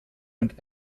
und